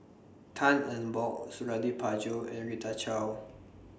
Tan Eng Bock Suradi Parjo and Rita Chao